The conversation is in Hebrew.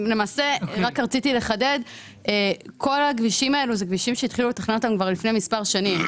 רציתי לחדד שהחלו את הכנתם של כל הכבישים האלה כבר לפני מספר שנים.